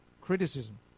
criticism